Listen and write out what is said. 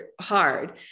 hard